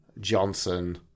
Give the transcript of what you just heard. Johnson